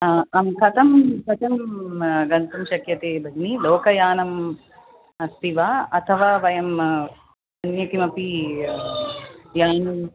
अहं कथं कथं गन्तुं शक्यते भगिनी लोकयानम् अस्ति वा अथवा वयम् अन्यकिमपि यानम्